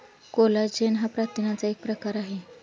collagen हा प्रथिनांचा एक प्रकार आहे